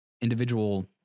individual